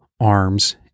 arms